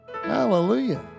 Hallelujah